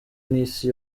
n’isi